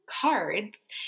cards